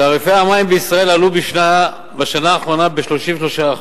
תעריפי המים בישראל עלו בשנה האחרונה ב-33%.